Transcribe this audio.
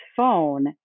phone